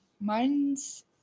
Mine's